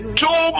two